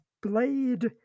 Blade